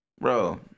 bro